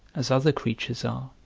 as other creatures are,